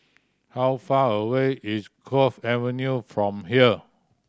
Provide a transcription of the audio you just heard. how far away is Cove Avenue from here